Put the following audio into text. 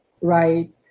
right